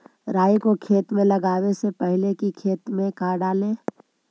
राई को खेत मे लगाबे से पहले कि खेत मे क्या डाले?